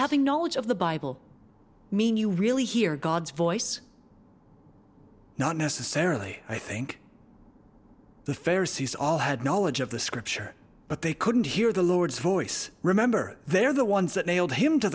having knowledge of the bible mean you really hear god's voice not necessarily i think the fair sees all had knowledge of the scripture but they couldn't hear the lord's voice remember they're the ones that nailed him to